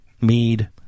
mead